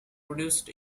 produced